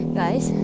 guys